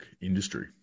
industry